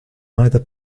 either